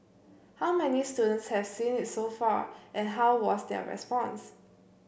how many students have seen its so far and how was their response